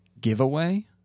giveaway